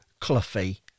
Cluffy